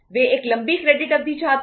वे एक लंबी क्रेडिट अवधि चाहते हैं